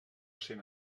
cent